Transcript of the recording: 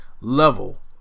level